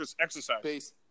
exercise